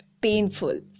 painful